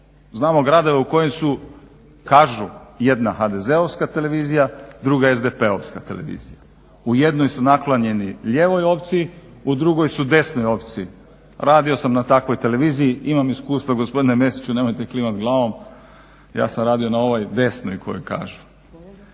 Znamo gradove u kojima su kažu jedna HDZ-ovska televizija, druga SDP-ovska televizija. U jednoj su naklonjeni lijevoj opciji u drugoj su desnoj opciji. Radio sam na takvoj televiziji, imam iskustva gospodine Mesiću nemojte klimati glavom. Ja sam radio na ovoj desnoj kojoj kažu,